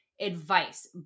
advice